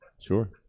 Sure